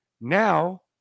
now